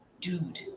dude